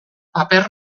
paper